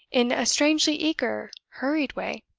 in a strangely eager, hurried way.